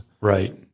Right